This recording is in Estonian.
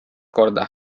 korda